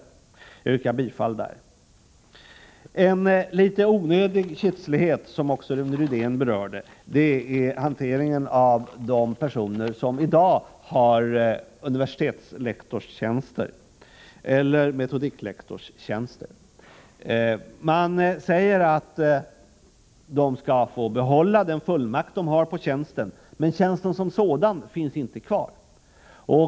Jag yrkar bifall till reservation nr 7. En litet onödig kitslighet, som också Rune Rydén berörde, är hanteringen av de personer som i dag har universitetslektorstjänster eller metodiklektorstjänster. Man säger att de skall få behålla den fullmakt de har på tjänsten, men tjänsten som sådan finns inte kvar.